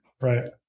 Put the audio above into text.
Right